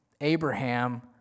Abraham